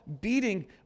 beating